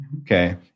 okay